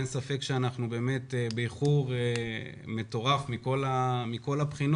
אין ספק שאנחנו באמת באיחור מטורף מכל הבחינות.